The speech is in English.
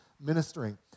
ministering